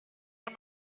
con